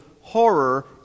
horror